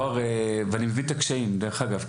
ואני מבין את הקשיים דרך אגב.